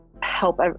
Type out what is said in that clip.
help